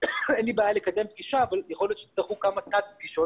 אין לי בעיה לקדם פגישה אבל יכול להיות שיצטרכו כמה תת-פגישות